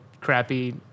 crappy